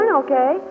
okay